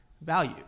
value